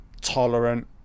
tolerant